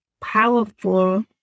powerful